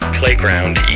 playground